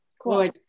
cool